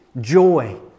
Joy